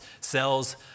cells